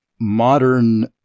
modern